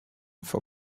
for